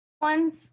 ones